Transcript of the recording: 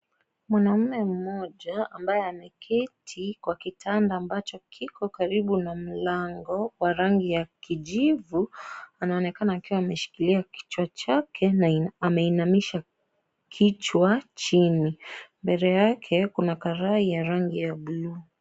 Mwanamume mmoja ambaye ameketi kwa kitanda ambacho kiko karibu na mlango wa rangi ya kijivu. Anaonekana akiwa ameshikilia kichwa chake na ameinamisha kichwa chini. Mbele yake kuna karai ya rangi ya buluu.